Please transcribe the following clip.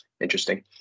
interesting